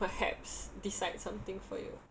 perhaps decide something for you